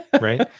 right